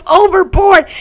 overboard